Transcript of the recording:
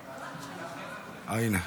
התשפ"ד 2023, אושרה בקריאה